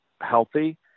healthy